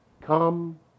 Come